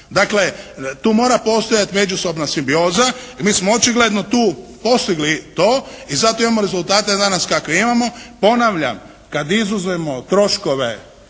Dakle tu mora postojati međusobna simbioza i mi smo očigledno tu postigli to i zato imamo rezultate danas kakve imamo. Ponavljam kad izuzmemo troškove